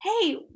hey